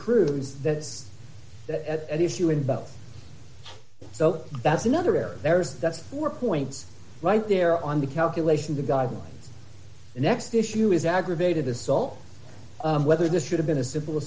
cruise that's at issue in both so that's another area there's that's four points right there on the calculation the guidelines the next issue is aggravated assault whether this should have been a simple